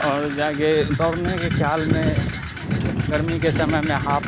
اور جا کے دورنے کے خیال میں گرمی کے سمے میں ہاپ